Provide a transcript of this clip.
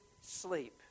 sleep